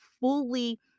fully